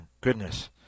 Goodness